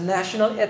National